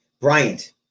Bryant